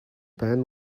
pan